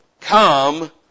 come